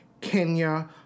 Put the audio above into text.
Kenya